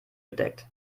gedeckt